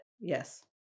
yes